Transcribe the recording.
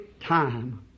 time